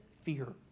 fear